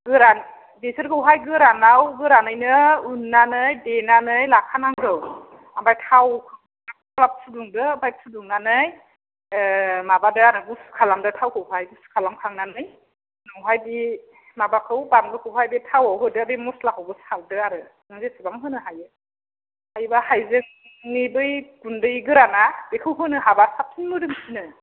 गोरान बेफोरखौहाय गोरानाव गोरानैनो उनानै देनानै लाखानांगौ आमफ्राइ थाव ग्लाब ग्लाब फुदुंदो ओमफ्राय फुदुंनानै माबादो आरो गुसु खालामदो थावखौहाय गुसु खालामखांनानै उनावहाय बे माबाखौ बानलुखौहाय बे थावआव होदो बे मस्लाखौबो सावदो आरो नों जेसेबां होनो हायो हायोबा हायजेंनि बै गुन्दै गोराना बेखौ होनो हाबा साबसिन मोदोमसिनो